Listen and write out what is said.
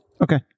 Okay